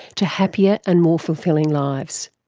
to happier and more fulfilling lives.